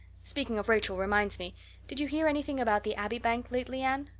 speaking of rachel reminds me did you hear anything about the abbey bank lately, anne?